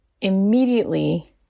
immediately